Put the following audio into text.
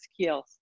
skills